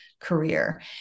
career